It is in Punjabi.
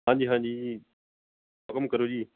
ਹਾਂਜੀ ਹਾਂਜੀ ਜੀ ਹੁਕਮ ਕਰੋ ਜੀ